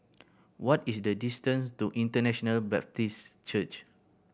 what is the distance to International Baptist Church